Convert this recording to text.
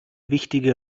wichtige